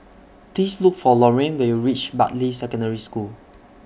Please Look For Lorayne when YOU REACH Bartley Secondary School